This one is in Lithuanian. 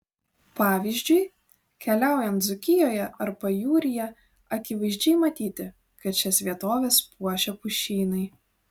pavyzdžiui keliaujant dzūkijoje ar pajūryje akivaizdžiai matyti kad šias vietoves puošia pušynai